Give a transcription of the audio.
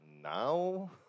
now